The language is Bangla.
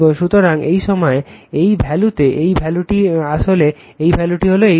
সুতরাং এই সময় এই ভ্যালুতে এই ভ্যালুটি আসলে ভ্যালুটি হলো এইটি